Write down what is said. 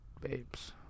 babes